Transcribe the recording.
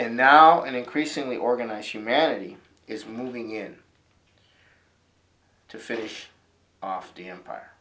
and now and increasingly organize humanity is moving in to fish off the empire